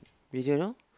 we don't know